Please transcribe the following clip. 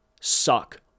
suck